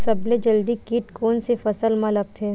सबले जल्दी कीट कोन से फसल मा लगथे?